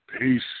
Peace